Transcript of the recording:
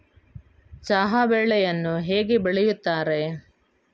ಚಹಾ ಬೆಳೆಯನ್ನು ಹೇಗೆ ಬೆಳೆಯುತ್ತಾರೆ?